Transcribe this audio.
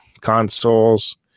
consoles